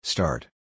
Start